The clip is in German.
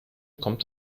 kommt